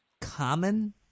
Common